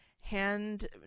hand